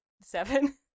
seven